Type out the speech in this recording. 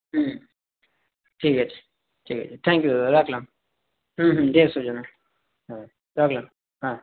হুম ঠিক আছে ঠিক আছে থ্যাংকইউ দাদা রাখলাম হুম হুম দেড়শো জনের হ্যাঁ রাখলাম হ্যাঁ